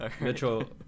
Mitchell